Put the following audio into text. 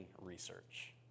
research